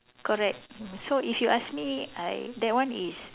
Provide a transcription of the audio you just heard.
correct so if you ask me I that one is